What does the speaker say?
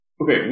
Okay